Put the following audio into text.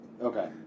Okay